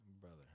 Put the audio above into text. Brother